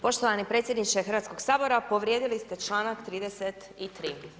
Poštovani predsjedniče Hrvatskog sabora povrijedili ste čl. 33.